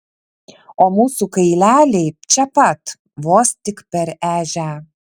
o mūsų kaileliai čia pat vos tik per ežią